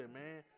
man